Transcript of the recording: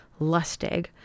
Lustig